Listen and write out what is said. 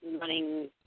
running